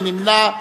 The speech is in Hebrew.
מי נמנע?